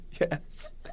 Yes